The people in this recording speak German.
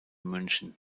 münchen